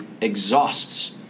exhausts